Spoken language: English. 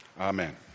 amen